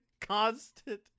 constant